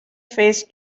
face